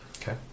Okay